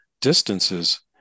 distances